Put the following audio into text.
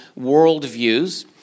worldviews